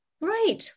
right